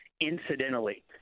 incidentally